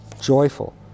joyful